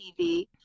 TV